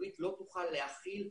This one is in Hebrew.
הציבורית לא תוכל להכיל,